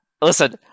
Listen